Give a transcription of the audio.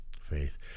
faith